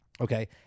okay